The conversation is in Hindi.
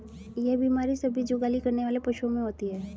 यह बीमारी सभी जुगाली करने वाले पशुओं में होती है